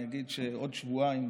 אני אגיד שעוד שבועיים